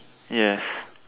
yes